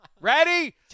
Ready